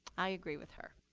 i agree with her.